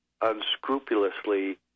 unscrupulously